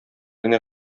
генә